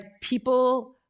people